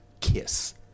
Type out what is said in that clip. Kiss